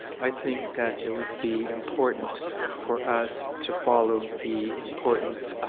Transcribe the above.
i think that it would be important for us to follow the important